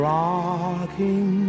rocking